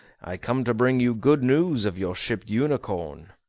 i come to bring you good news of your ship unicorn.